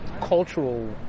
cultural